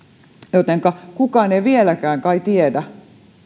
jotenka kukaan ei vieläkään kai tiedä